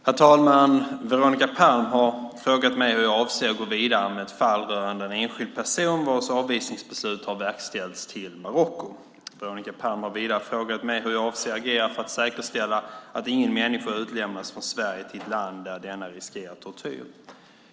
Herr talman! Veronica Palm har frågat mig hur jag avser att gå vidare med ett fall rörande en enskild person vars avvisning enligt beslut har verkställts till Marocko. Veronica Palm har vidare frågat mig hur jag avser att agera för att säkerställa att ingen människa utlämnas från Sverige till ett land där denna riskerar tortyr.